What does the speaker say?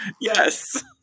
Yes